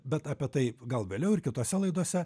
bet apie tai gal vėliau ir kitose laidose